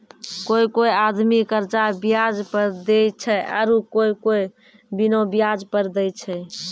कोय कोय आदमी कर्जा बियाज पर देय छै आरू कोय कोय बिना बियाज पर देय छै